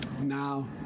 Now